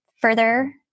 further